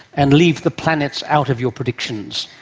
and leave the planets out of your predictions.